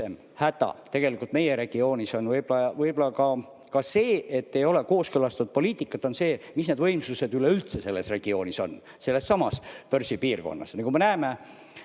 häda meie regioonis on võib-olla ka see, et ei ole kooskõlastatud poliitikat. On see, mis need võimsused üleüldse selles regioonis on, selles samas börsipiirkonnas.